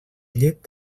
llet